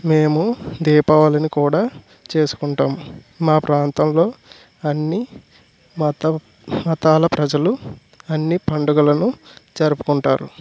మేము దీపావళిని కూడా చేసుకుంటాం మా ప్రాంతంలో అన్నీ మతం మతాల ప్రజలు అన్నీ పండుగలను జరుపుకుంటారు